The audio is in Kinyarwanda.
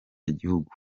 gihugu